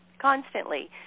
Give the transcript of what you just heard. constantly